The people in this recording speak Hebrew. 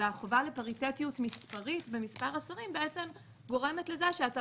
החובה לפריטטיות מספרית במספר השרים גורמת לכך שאתה